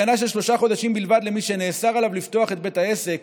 הגנה של שלושה חודשים בלבד למי שנאסר עליו לפתוח את בית העסק